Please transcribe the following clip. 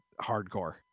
hardcore